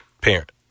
Parent